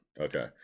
okay